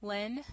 Lynn